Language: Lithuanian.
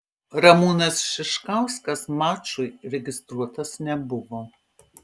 ramūnas šiškauskas mačui registruotas nebuvo